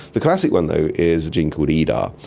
the classic one though is a gene called edar.